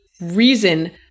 reason